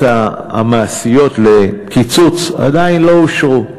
המעשיות לקיצוץ עדיין לא אושרו.